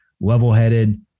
level-headed